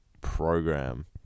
program